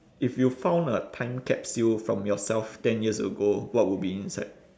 if you found a time capsule from yourself ten years ago what would be inside